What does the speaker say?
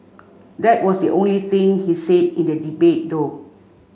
that was the only thing he said in the debate though